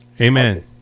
amen